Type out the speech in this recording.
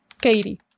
Katie